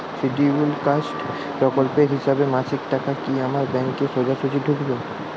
Scheduled caste প্রকল্পের হিসেবে মাসিক টাকা কি আমার ব্যাংকে সোজাসুজি ঢুকবে?